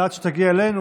עד שתגיע אלינו,